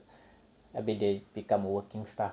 and then she become a working staff